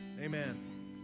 amen